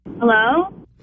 hello